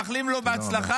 מאחלים לו בהצלחה,